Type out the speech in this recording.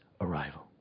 arrival